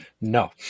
no